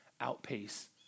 outpace